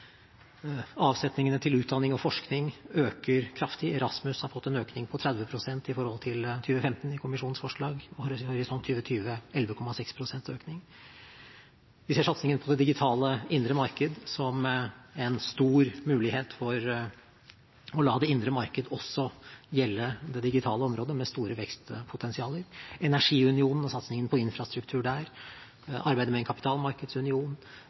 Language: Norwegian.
Avsetningene til utdanning og forskning øker kraftig, Erasmus har fått en økning på 30 pst. i forhold til 2015 i kommisjonens forslag, og Horisont 2020 har fått 11,6 pst. økning. Vi ser satsingen på det digitale indre marked som en stor mulighet for å la det det indre marked også gjelde det digitale området med store vekstpotensialer. Energiunionen og satsingen på infrastruktur der, arbeidet med en kapitalmarkedsunion,